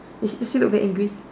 is is he look very angry